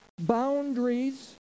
boundaries